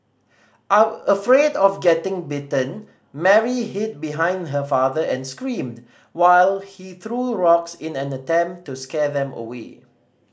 afraid of getting bitten Mary hid behind her father and screamed while he threw rocks in an attempt to scare them away